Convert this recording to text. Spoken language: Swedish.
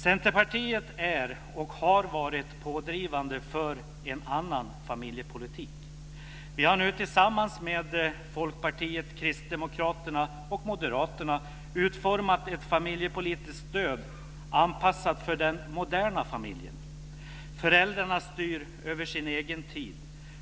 Centerpartiet är och har varit pådrivande för en annan familjepolitik. Vi har nu tillsammans med Folkpartiet, Kristdemokraterna och Moderaterna utformat ett familjepolitiskt stöd anpassat för den moderna familjen. Föräldrarna styr över sin egen tid.